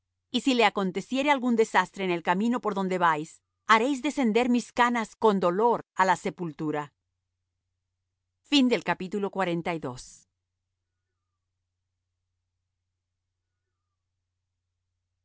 y si le aconteciere algún desastre en el camino por donde vais haréis descender mis canas con dolor á la sepultura y el